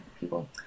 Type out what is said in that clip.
people